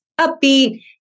upbeat